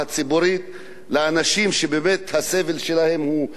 לנשים שבאמת הסבל שלהן הוא גדול מנשוא,